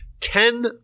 ten